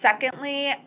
Secondly